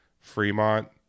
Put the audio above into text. Fremont